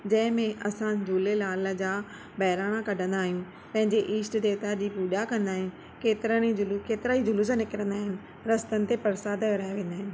जंहिं में असां झूलेलाल जा बहिराणा कढंदा आहियूं पंहिंजे इष्ट देवता जी पूॼा कंदा आहियूं केतिरनि ई केतिरा ई जुलूस निकिरंदा आहिनि रस्तनि ते परसाद विरहाया वेंदा आहिनि